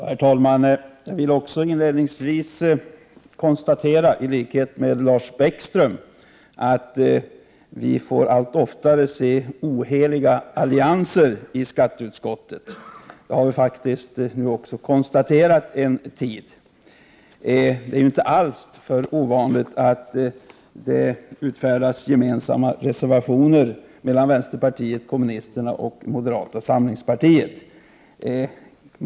Herr talman! Jag vill också, i likhet med Lars Bäckström, inledningsvis konstatera att vi allt oftare får se oheliga allianser i skatteutskottet. Det har vi under en tid konstaterat. Det är inte alls ovanligt att det skrivs gemensamma reservationer av vänsterpartiet kommunisterna och moderata samlingspartiet.